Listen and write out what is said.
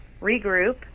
regroup